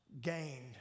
gained